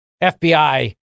FBI